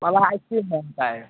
मलाई आइसक्रिम पनि चाहियो